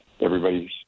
everybody's